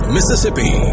Mississippi